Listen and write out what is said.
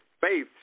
faith